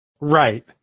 Right